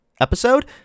episode